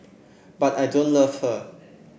but I don't love her